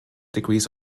degrees